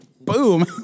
boom